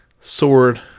sword